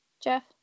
Jeff